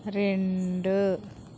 రెండు